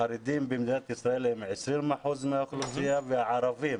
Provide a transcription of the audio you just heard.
החרדים במדינת ישראל הם 20% מהאוכלוסייה, והערבים